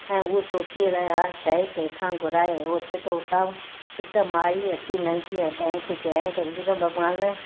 ऐं हू सोचे रहिया हा शइ कंहिं खां घुराए ओचितो उतां हिकु माई अची लंघी ऐं तंहिंखे चयाऊं त वीरल भॻवान